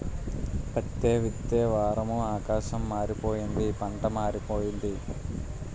పత్తే విత్తే వారము ఆకాశం మారిపోయింది పంటా మారిపోయింది